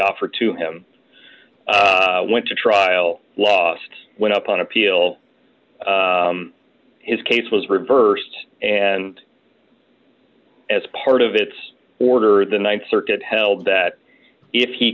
offer to him went to trial last went up on appeal his case was reversed and as part of its order the th circuit held that if he